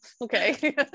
okay